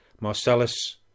Marcellus